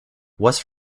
west